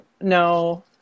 No